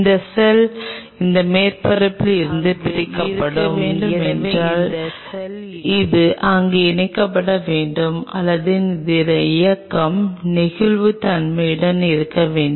இந்த செல் இந்த மேற்பரப்பில் இருந்து பிரிக்கப்படும் எனவே இந்த செல் அங்கு இருக்க வேண்டுமென்றால் அது அங்கு இணைக்கப்பட வேண்டும் அல்லது அதன் இயக்கம் நெகிழ்வுத்தன்மையுடன் இருக்க வேண்டும்